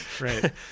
right